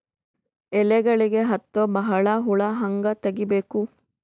ಎಲೆಗಳಿಗೆ ಹತ್ತೋ ಬಹಳ ಹುಳ ಹಂಗ ತೆಗೀಬೆಕು?